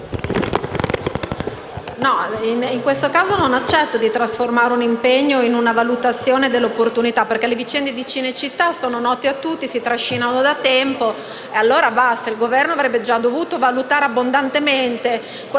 in questo caso non accetto di trasformare un impegno in una valutazione dell'opportunità. Le vicende di Cinecittà sono note a tutti e si trascinano da tempo. Il Governo avrebbe già dovuto valutare abbondantemente quanto